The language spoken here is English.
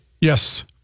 Yes